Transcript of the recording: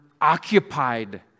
occupied